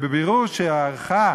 בבירור שהיא ערכה